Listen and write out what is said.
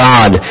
God